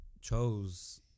chose